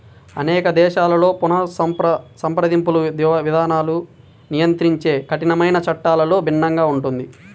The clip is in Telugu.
అనేక దేశాలలో పునఃసంప్రదింపులు, దివాలాను నియంత్రించే కఠినమైన చట్టాలలో భిన్నంగా ఉంటుంది